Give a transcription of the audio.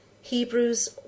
Hebrews